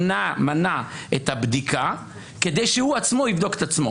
מנע את הבדיקה כדי שהוא עצמו יבדוק את עצמו.